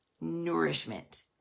nourishment